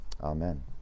Amen